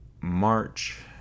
March